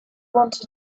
want